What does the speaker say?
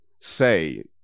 say